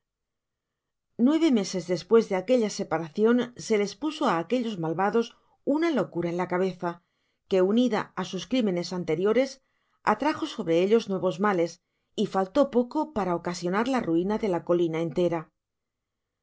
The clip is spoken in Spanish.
nueve meses despues de aquella separacion se les puso a aquellos malvados una locura en la cabeza que unida á sus crimenes anteriores atrajo sobre ellos nuevos males y faltó poco para ocasionar la ruina de la colina entera